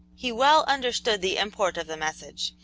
he well understood the import of the message.